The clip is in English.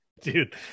dude